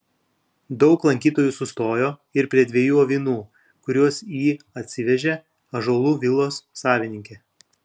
daug lankytojų sustojo ir prie dviejų avinų kuriuos į atsivežė ąžuolų vilos savininkė